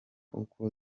uko